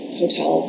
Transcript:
hotel